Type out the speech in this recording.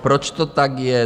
Proč to tak je?